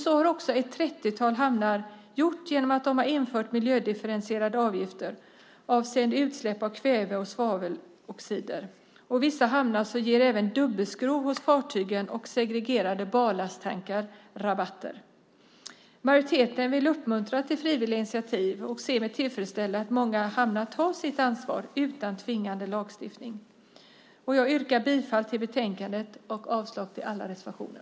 Så har också ett 30-tal hamnar gjort genom att de har infört miljödifferentierade avgifter avseende utsläpp av kväve och svaveloxider. Vissa hamnar ger även rabatter om fartygen har dubbelskrov och segregerade ballasttankar. Majoriteten vill uppmuntra till frivilliga initiativ och ser med tillfredställelse att många hamnar tar sitt ansvar utan tvingande lagstiftning. Jag yrkar bifall till utskottets förslag i betänkandet och avslag på alla reservationer.